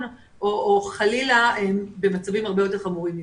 או נוער בסיכון או חלילה במצבים הרבה יותר חמורים מכך.